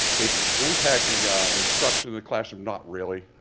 it's impacting instruction in the classroom not really.